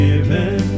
Given